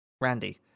Randy